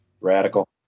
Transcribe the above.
Radical